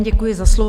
Děkuji za slovo.